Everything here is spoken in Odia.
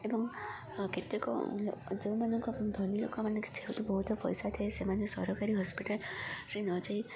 ଏବଂ କେତେକ ଯେଉଁମାନଙ୍କ ଏବଂ ଧନୀ ଲୋକମାନେ ଯେହେତୁ ବହୁତ ପଇସା ଥାଏ ସେମାନେ ସରକାରୀ ହସ୍ପିଟାଲରେ ନଯାଇ